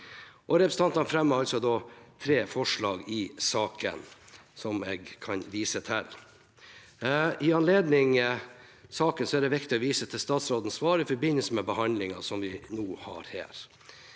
representantene fremmer tre forslag i saken som jeg viser til. I anledning saken er det viktig å vise til statsrådens svar i forbindelse med behandlingen som vi nå har, der